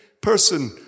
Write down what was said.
person